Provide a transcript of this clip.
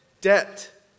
debt